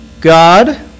God